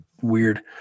weird